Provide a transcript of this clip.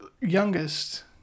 youngest